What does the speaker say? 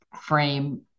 frame